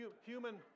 Human